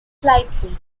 slightly